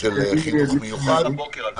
של חינוך מיוחד.